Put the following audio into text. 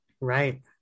Right